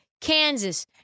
Kansas